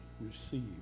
receive